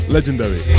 Legendary